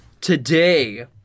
Today